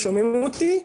שומעים אותי?